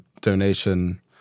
donation